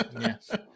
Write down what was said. Yes